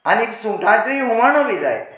आनीक सुंगटांचें हुमणूय बी जाय